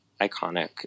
Iconic